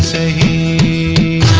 a